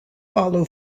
follow